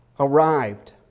arrived